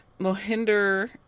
Mohinder